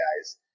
guys